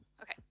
okay